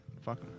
Fuck